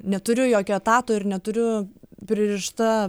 neturiu jokio etato ir neturiu pririšta